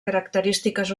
característiques